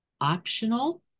optional